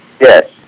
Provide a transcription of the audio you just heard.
yes